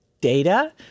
data